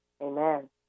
Amen